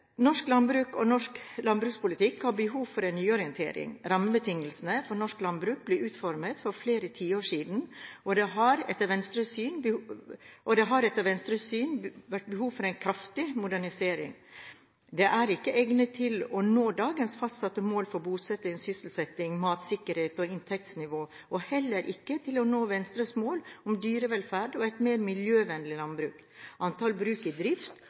Norsk landbruk og norsk landbrukspolitikk har behov for en nyorientering. Rammebetingelsene for norsk landbruk ble utformet for flere tiår siden, og det har etter Venstres syn vært behov for en kraftig modernisering. Det er ikke egnet til å nå dagens fastsatte mål for bosetting, sysselsetting, matsikkerhet og inntektsnivå, og heller ikke til å nå Venstres mål om dyrevelferd og et mer miljøvennlig landbruk. Antallet bruk i drift